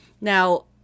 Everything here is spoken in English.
now